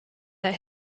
that